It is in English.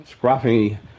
scruffy